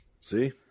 See